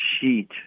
sheet